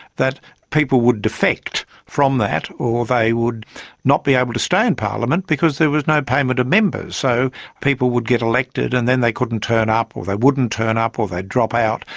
that people would defect from that or they would not be able to stay in parliament because there was no payment of members, so people would get elected and then they couldn't turn up, or they wouldn't turn up, or they'd drop out,